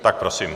Tak prosím.